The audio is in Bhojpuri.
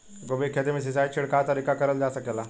गोभी के खेती में सिचाई छिड़काव तरीका से क़रल जा सकेला?